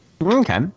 Okay